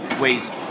ways